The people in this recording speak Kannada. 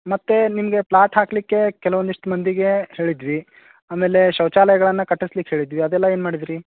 ಮತ್ತೆ ನಿಮಗೆ ಪ್ಲಾಟ್ ಹಾಕಲಿಕ್ಕೇ ಕೆಲವೊಂದಿಷ್ಟು ಮಂದಿಗೇ ಹೇಳಿದ್ವಿ ಆಮೇಲೇ ಶೌಚಾಲಯಗಳನ್ನು ಕಟ್ಟಿಸ್ಲಿಕ್ ಹೇಳಿದ್ವಿ ಅದೆಲ್ಲ ಏನು ಮಾಡಿದೀರಿ